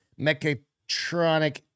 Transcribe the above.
Mechatronic